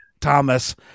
Thomas